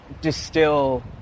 distill